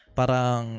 parang